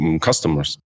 customers